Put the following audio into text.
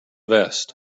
vest